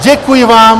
Děkuji vám!